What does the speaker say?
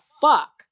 fuck